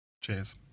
Cheers